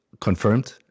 confirmed